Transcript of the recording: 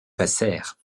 passèrent